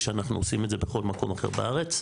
שאנחנו עושים את זה בכל מקום אחר בארץ.